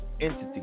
entity